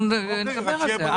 אנחנו נדבר על זה.